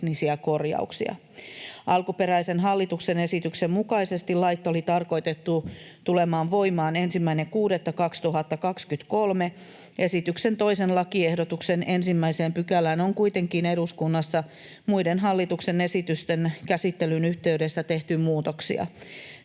lakiteknisiä korjauksia. Alkuperäisen hallituksen esityksen mukaisesti lait oli tarkoitettu tulemaan voimaan 1.6.2023. Esityksen toisen lakiehdotuksen 1 §:ään on kuitenkin eduskunnassa muiden hallituksen esitysten käsittelyn yhteydessä tehty muutoksia.